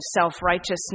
self-righteousness